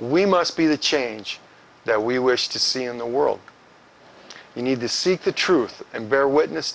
we must be the change that we wish to see in the world you need to seek the truth and bear witness